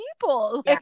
people